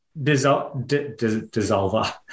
dissolver